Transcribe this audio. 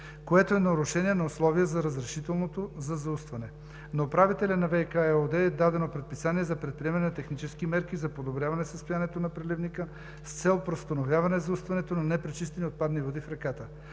което е нарушение на условията за разрешителното за заустване. На управителя на „ВиК“ ЕООД е дадено предписание за предприемане на технически мерки за подобряване състоянието на преливника с цел преустановяване, заустването на непречистени отпадни води в реката.